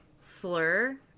slur